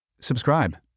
Subscribe